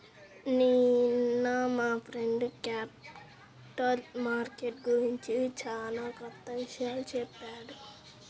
నిన్న మా friend capital market గురించి చానా కొత్త విషయాలు చెప్పాడు